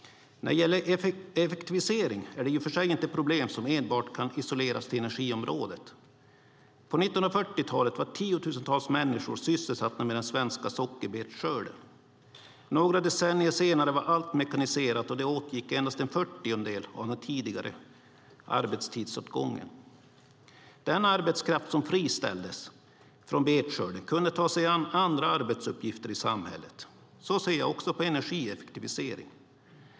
När det gäller effektivisering är det i och för sig inte ett problem som enbart kan isoleras till energiområdet. På 1940-talet var tiotusentals människor sysselsatta med den svenska sockerbetsskörden. Några decennier senare var allt mekaniserat och det behövdes endast en fyrtiondel av den tidigare arbetstidsåtgången. Den arbetskraft som friställdes från betskörden kunde ta sig an andra arbetsuppgifter i samhället. Så ser jag också på energieffektivisering.